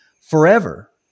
forever